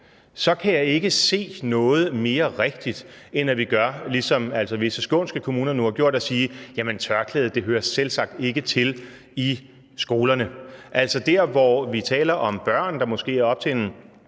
så kan jeg ikke se noget mere rigtigt, end at vi gør ligesom visse skånske kommuner nu har gjort, nemlig siger, at tørklædet selvsagt ikke hører til i skolerne. Det er altså der, hvor vi taler om børn, der måske er op til 14-15